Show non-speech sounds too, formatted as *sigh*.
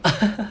*laughs*